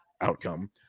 outcome